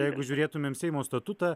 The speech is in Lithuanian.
jeigu žiūrėtumėm seimo statutą